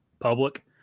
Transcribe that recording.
public